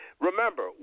remember